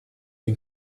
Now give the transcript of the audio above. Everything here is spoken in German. den